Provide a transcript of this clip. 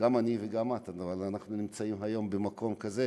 גם אני וגם את, אבל אנחנו נמצאים היום במקום כזה,